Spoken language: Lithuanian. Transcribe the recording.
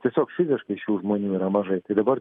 tiesiog fiziškai šių žmonių yra mažai tai dabar